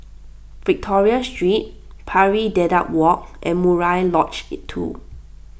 Victoria Street Pari Dedap Walk and Murai Lodge two